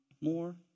more